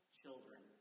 children